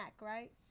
right